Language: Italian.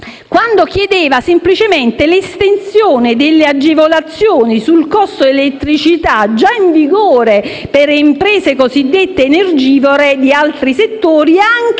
chiedesse semplicemente l'estensione delle agevolazioni sul costo dell'elettricità, già in vigore per le imprese cosiddette energivore di altri settori,